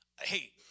Hey